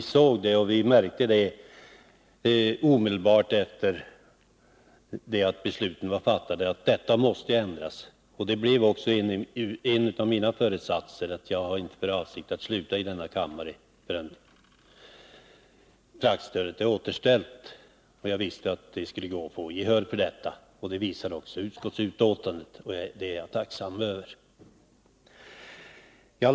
Vi märkte det omedelbart efter att beslutet var fattat, och det blev en av mina föresatser att jag inte skulle sluta i denna kammare förrän fraktstödet var återställt. Jag visste att jag kunde få stöd för detta, och det visade också utskottsbetänkandet. Det är jag tacksam över.